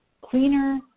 cleaner